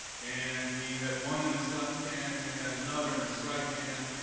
and he had one in his left hand and he had another in his right hand,